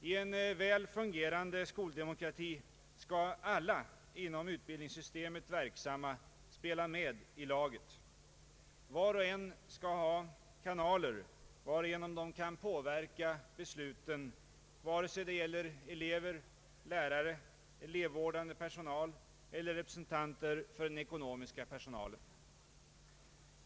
I en väl fungerande skoldemokrati skall alla inom utbildningssystemet verksamma spela med i laget. Var och en skall ha kanaler, varigenom man kan påverka besluten, vare sig det gäller elever, lärare, elevvårdande personal eller representanter för den ekonomiska personalen.